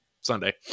Sunday